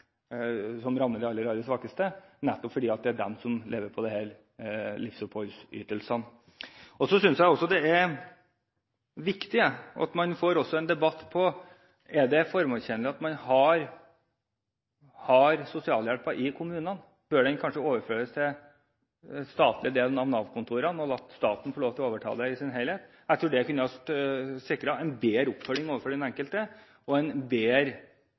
det rammer de aller, aller svakeste fordi det er nettopp de som lever av disse livsoppholdsytelsene. Jeg synes også det er viktig at man får en debatt om hvorvidt det er formålstjenlig at man har sosialhjelpen i kommunene. Bør man kanskje overføre den til den statlige delen av Nav-kontorene og la staten få lov til å overta den i sin helhet? Jeg tror det kunne ha sikret en bedre oppfølging overfor den enkelte og en bedre